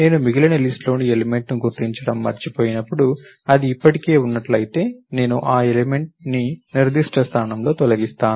నేను మిగిలిన లిస్ట్ లోని ఎలిమెంట్ ని గుర్తించడం మరచిపోయినప్పుడు అది ఇప్పటికే ఉన్నట్లయితే నేను ఆ ఎలిమెంట్ ని నిర్దిష్ట స్థానంలో తొలగిస్తాను